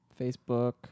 facebook